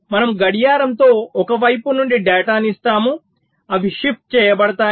మనము గడియారంతో ఒక వైపు నుండి డేటాను ఇస్తాము అవి షిఫ్ట్ చేయబడతాయి